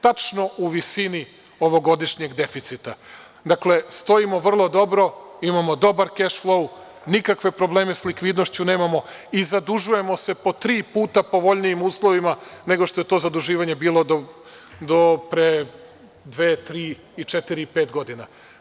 Tačno u visini ovogodišnjeg deficita, dakle, stojimo vrlo dobro, imamo dobar kešlou, nikakve probleme sa likvidnošću nemamo i zadužujemo se po tri puta povoljnijim uslovima nego što je to zaduživanje bilo do pre dve, tri, četiri i pet godina.